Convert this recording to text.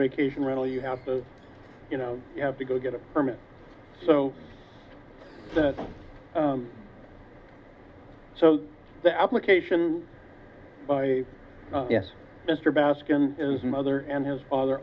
vacation rental you have to you know you have to go get a permit so that so the application yes mr baskin is mother and his father